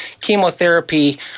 chemotherapy